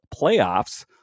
playoffs